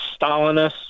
Stalinist